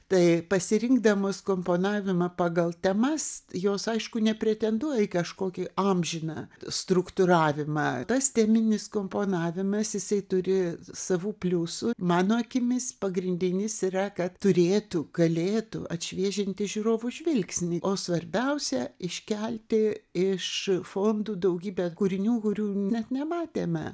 tai pasirinkdamos komponavimą pagal temas jos aišku nepretenduoja į kažkokį amžiną struktūravimą tasai teminis komponavimas jisai turi savų pliusų mano akimis pagrindinis yra kad turėtų galėtų atšviežinti žiūrovų žvilgsnį o svarbiausia iškelti iš fondų daugybę kūrinių kurių net nematėme